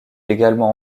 également